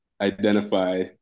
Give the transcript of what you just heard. identify